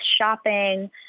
shopping